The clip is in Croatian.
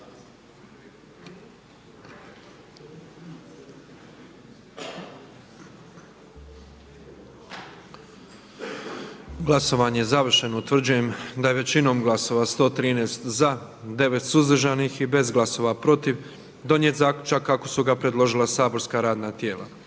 Glasovanje je završeno. Utvrđujem da smo većinom glasova 124 glasa za, 1 suzdržanim i bez glasova protiv donijeli zaključak kako su ga predložila saborska radna tijela.